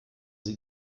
sie